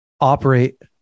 operate